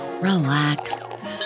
relax